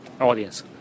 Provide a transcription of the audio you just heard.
audience